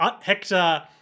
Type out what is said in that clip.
Hector